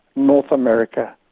north america,